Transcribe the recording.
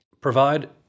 Provide